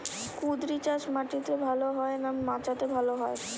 কুঁদরি চাষ মাটিতে ভালো হয় না মাচাতে ভালো হয়?